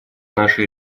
нашей